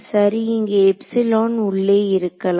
சரி அங்கே உள்ளே இருக்கலாம்